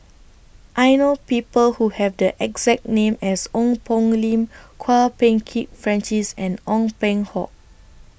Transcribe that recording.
I know People Who Have The exact name as Ong Poh Lim Kwok Peng Kin Francis and Ong Peng Hock